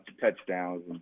touchdowns